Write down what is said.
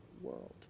world